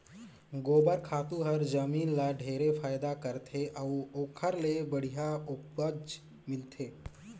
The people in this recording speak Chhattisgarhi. गोबर खातू हर जमीन ल ढेरे फायदा करथे अउ ओखर ले बड़िहा उपज मिलथे